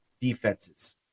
defenses